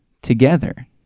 together